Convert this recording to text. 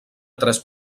tres